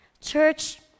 Church